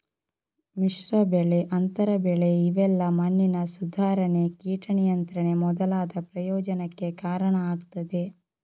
ಮಿಶ್ರ ಬೆಳೆ, ಅಂತರ ಬೆಳೆ ಇವೆಲ್ಲಾ ಮಣ್ಣಿನ ಸುಧಾರಣೆ, ಕೀಟ ನಿಯಂತ್ರಣ ಮೊದಲಾದ ಪ್ರಯೋಜನಕ್ಕೆ ಕಾರಣ ಆಗ್ತದೆ